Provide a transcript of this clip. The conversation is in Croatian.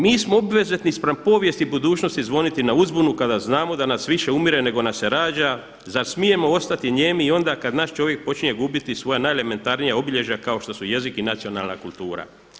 Mi smo obvezatni spram povijesti i budućnosti zvoniti na uzbunu kad znamo da nas više umire nego nas se rađa, zar smijemo ostati nijemi i onda kad naš čovjek počinje gubiti svoja najelementarnija obilježja kako što su jezik i nacionalna kultura?